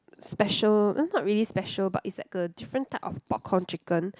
special uh not really special but it's like a different type of popcorn chicken